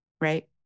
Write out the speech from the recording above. right